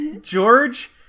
George